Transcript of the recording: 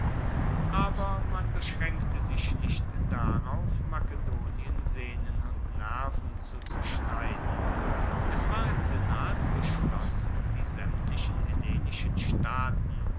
aber man beschraenkte sich nicht darauf makedonien sehnen und nerven zu zerschneiden es war im senat beschlossen die saemtlichen hellenischen staaten